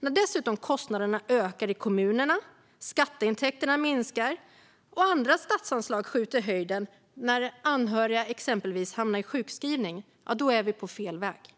När kostnaderna dessutom ökar i kommunerna, skatteintäkterna minskar och andra statsanslag skjuter i höjden - exempelvis när anhöriga hamnar i sjukskrivning - är vi på fel väg.